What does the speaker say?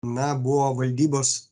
na buvo valdybos